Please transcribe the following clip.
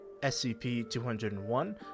SCP-201